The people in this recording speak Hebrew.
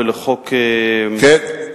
ולחוק כן,